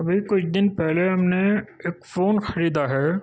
ابھی کچھ دن پہلے ہم نے ایک فون خریدا ہے